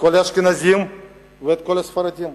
כל האשכנזים וכל הספרדים.